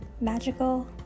magical